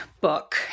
book